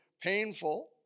painful